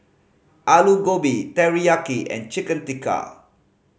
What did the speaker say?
Alu Gobi Teriyaki and Chicken Tikka